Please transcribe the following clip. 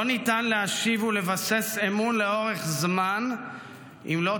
לא ניתן להשיב ולבסס אמון לאורך זמן אם לא